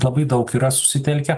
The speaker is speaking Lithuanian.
labai daug yra susitelkę